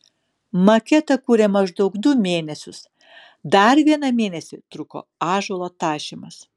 maketą kūrė maždaug du mėnesius dar vieną mėnesį truko ąžuolo tašymas